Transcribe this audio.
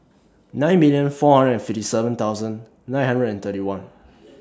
Night million four hundred fifty seven thousand Night hundred and thirty one